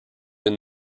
une